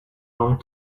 long